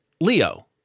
Leo